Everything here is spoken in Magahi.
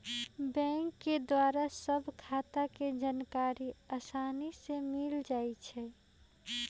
बैंक द्वारा सभ खता के जानकारी असानी से मिल जाइ छइ